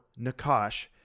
Nakash